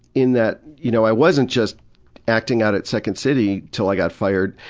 in that you know, i wasn't just acting out at second city til i got fired,